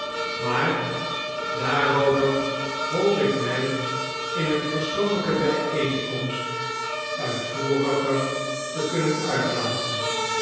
maar daarover hoop ik mij in een persoonlijke bijeenkomst uitvoeriger te kunnen uitlaten